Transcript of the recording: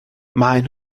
maen